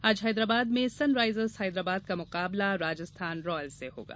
आज हैदराबाद में Sunrisers Hyderabad का मुकाबला राजस्थान रॉयल्स से होगा